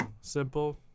simple